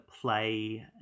play